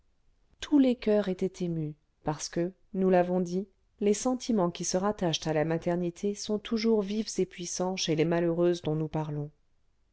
tous les coeurs étaient émus parce que nous l'avons dit les sentiments qui se rattachent à la maternité sont toujours vifs et puissants chez les malheureuses dont nous parlons